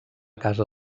casa